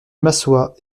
m’assois